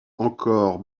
encore